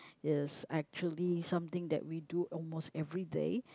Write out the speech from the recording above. is actually something that we do almost everyday